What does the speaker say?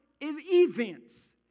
events